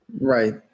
Right